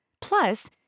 Plus